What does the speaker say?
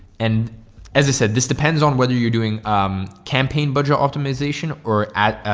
and as i said, this depends on whether you're doing um, campaign, budget optimization or at,